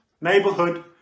neighborhood